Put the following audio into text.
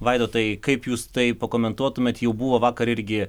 vaidotai kaip jūs tai pakomentuotumėt jau buvo vakar irgi